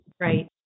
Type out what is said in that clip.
Right